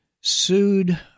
sued